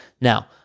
Now